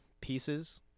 pieces